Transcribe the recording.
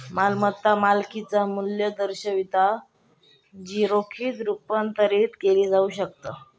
मालमत्ता मालकिचा मू्ल्य दर्शवता जी रोखीत रुपांतरित केली जाऊ शकता